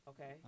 Okay